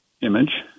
image